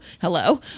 hello